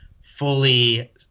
fully